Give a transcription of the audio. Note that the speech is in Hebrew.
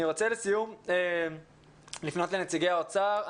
אני רוצה לסיום לפנות לנציגי האוצר.